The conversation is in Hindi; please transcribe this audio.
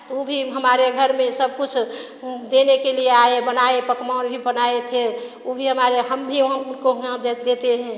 तो ऊ भी हमारे घर में सब कुछ देने के लिए आए बनाए पकवान भी बनाए थे ऊ भी हमारे या हम भी उनको यहाँ देते हैं